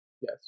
yes